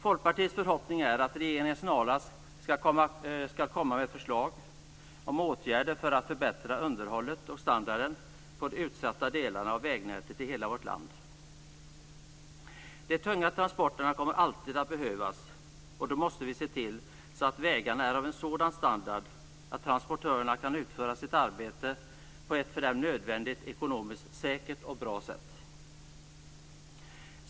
Folkpartiets förhoppning är att regeringen snarast skall komma med ett förslag till åtgärder för att förbättra underhållet och standarden på de utsatta delarna av vägnätet i hela vårt land. De tunga transporterna kommer alltid att behövas, och då måste vi se till så att vägarna är av en sådan standard att transportörerna kan utföra sitt arbete på ett för dem nödvändigt ekonomiskt säkert och bra sätt.